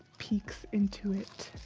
peeks into it